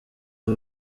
aba